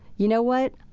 you know what?